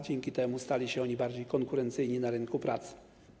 Dzięki temu stały się one bardziej konkurencyjne na rynku pracy.